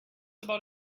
about